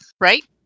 Right